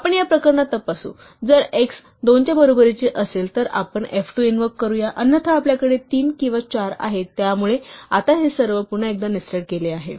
आपण या प्रकरणात तपासू जर x 2 च्या बरोबरीचा असेल तर आपण f2 इनवोक करू अन्यथा आपल्याकडे 3 किंवा 4 आहे त्यामुळे आता हे सर्व पुन्हा एकदा नेस्टेड केले आहे